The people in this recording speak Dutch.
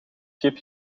schip